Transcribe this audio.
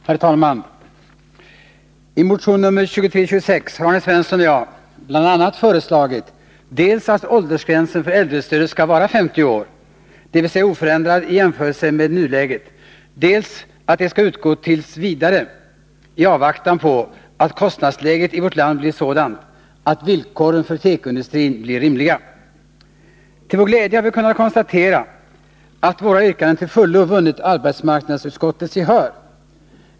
Herr talman! I motion nr 2326 har Arne Svensson och jag bl.a. föreslagit dels att åldersgränsen för äldrestödet skall vara 50 år, dvs. oförändrat i jämförelse med nuläget, dels att det skall utgå t.v. i avvaktan på att kostnadsläget i vårt land blir sådant, att villkoren för tekoindustrin blir rimliga. Till vår glädje har vi kunnat konstatera, att våra yrkanden till fullo vunnit arbetsmarknadsutskottets gehör.